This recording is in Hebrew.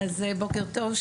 אז בוקר טוב,